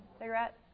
Cigarette